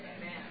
Amen